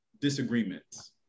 disagreements